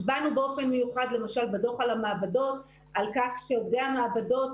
הצבענו באופן מיוחד למשל בדוח על המעבדות על כך שעובדי המעבדות,